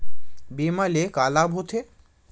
बीमा ले का लाभ होथे?